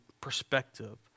perspective